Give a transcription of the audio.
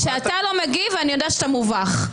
כשאתה לא מגיב אני יודעת שאתה מובך.